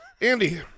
Andy